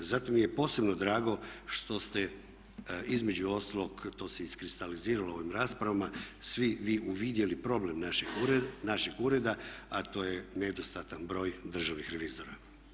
Zato mi je posebno drago što ste između ostalog to se iskristaliziralo u ovim raspravama svi vi uvidjeli problem našeg ureda a to je nedostatan broj državnih revizora.